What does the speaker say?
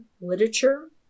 literature